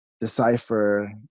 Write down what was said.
decipher